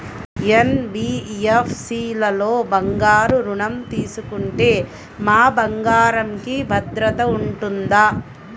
NBFC లలో బంగారు ఋణం తీసుకుంటే మా బంగారంకి భద్రత ఉంటుందా?